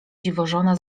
dziwożona